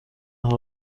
حال